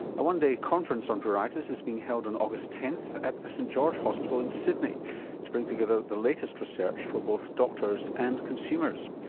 a one-day conference on pruritus is being held on august tenth at the st george hospital in sydney to bring together the latest research for both doctors and consumers.